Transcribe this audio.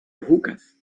hookahs